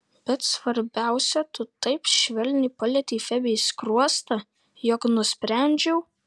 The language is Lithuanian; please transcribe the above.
bet svarbiausia tu taip švelniai palietei febei skruostą jog nusprendžiau